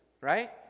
right